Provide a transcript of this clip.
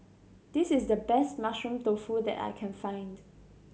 this is the best Mushroom Tofu that I can find